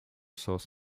source